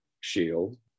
shield